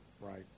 right